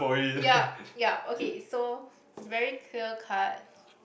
ya ya okay so very clear cut